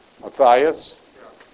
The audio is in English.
Matthias